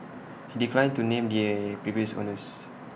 he declined to name the previous owners